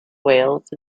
wales